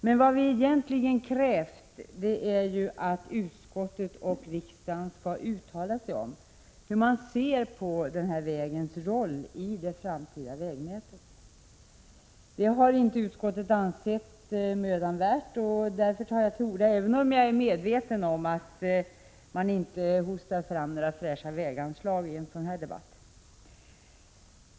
Men vad vi egentligen krävt är ju att utskottet — och riksdagen — skall uttala sig om hur man ser på denna vägs roll i det framtida vägnätet. Detta har inte utskottet ansett mödan värt, och därför tar jag till orda, även om jag är medveten om att man inte hostar fram några fräscha väganslag i en sådan här debatt.